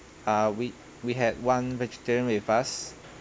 uh we we had one vegetarian with us